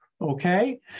okay